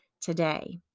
today